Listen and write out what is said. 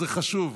זה חשוב.